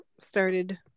started